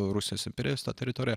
rusijos imperijos teritorija